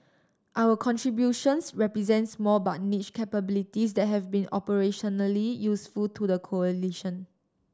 our contributions represent small but niche capabilities that have been operationally useful to the coalition